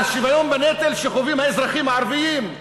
על שוויון בנטל שחווים האזרחים הערבים,